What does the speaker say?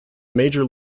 major